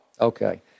Okay